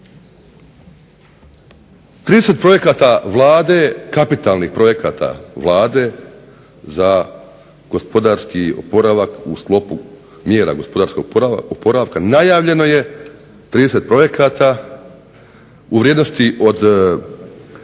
30 projekata Vlade, kapitalnih projekata Vlade za gospodarski oporavak u sklopu mjera gospodarskog oporavka najavljeno je 30 projekata u vrijednosti od